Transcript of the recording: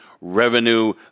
revenue